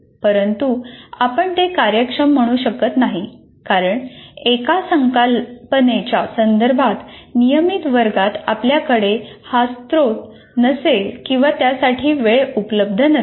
परंतु आपण ते कार्यक्षम म्हणू शकत नाही कारण एका संकल्पनेच्या संदर्भात नियमित वर्गात आपल्याकडे हा स्रोत नसेल किंवा त्यासाठी वेळ उपलब्ध नसेल